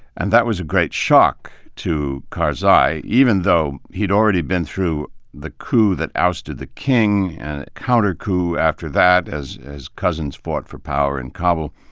and that was a great shock to karzai even though he'd already been through the coup that ousted the king and a counter-coup after that as as cousins fought for power in kabul.